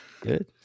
Good